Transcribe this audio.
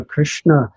Krishna